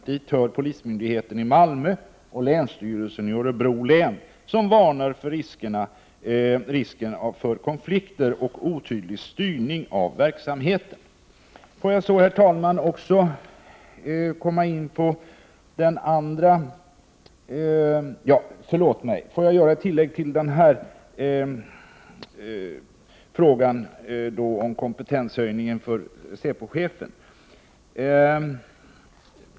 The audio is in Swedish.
Dit hör polismyndigheten i Malmö och länsstyrelsen i Örebro län, som varnar för risken för konflikter och otydlig styrning av verksamheten. Låt mig göra ett tillägg till frågan om kompetenshöjningen för säpochefen.